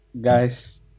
guys